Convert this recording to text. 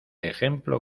ejemplo